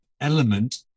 element